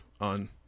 on